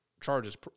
charges